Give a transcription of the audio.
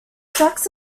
tracks